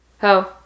Ho